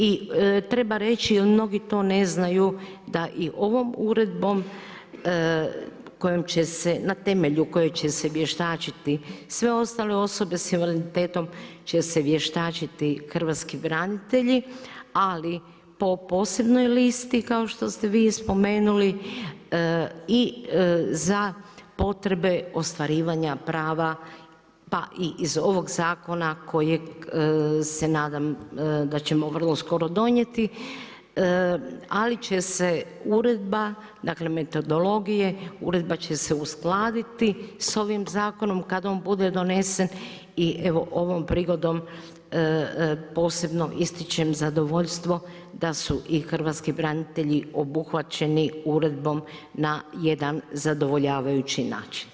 I treba reći jer mnogi to ne znaju da i ovom uredbom na temelju koje će se vještačiti sve ostale osobe sa invaliditetom će se vještačiti hrvatski branitelji ali po posebnoj listi kao što ste vi spomenuli i za potrebe ostvarivanja prava pa i iz ovog zakona kojeg se nadam da ćemo vrlo skoro donijeti ali će se uredba, dakle metodologije, uredba će se uskladiti sa ovim zakonom kada on bude donesen i evo ovom prigodom posebno ističem zadovoljstvo da su i hrvatski branitelji obuhvaćeni uredbom na jedan zadovoljavajući način.